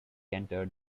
entered